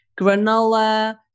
granola